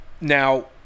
Now